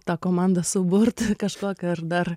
tą komandą suburt kažkokią ar dar